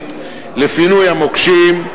ורב-שנתית לפינוי מוקשים.